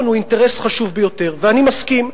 הוא אינטרס חשוב ביותר" ואני מסכים,